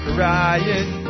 Crying